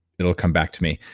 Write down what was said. it will come back to me.